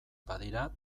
badira